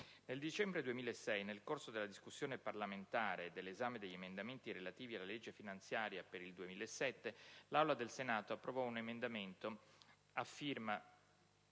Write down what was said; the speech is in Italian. nel dicembre 2006, nel corso della discussione parlamentare e dell'esame degli emendamenti relativi alla legge finanziaria per il 2007, l'Aula del Senato approvò un emendamento a firma